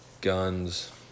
guns